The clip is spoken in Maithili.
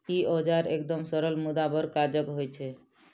ई औजार एकदम सरल मुदा बड़ काजक होइत छै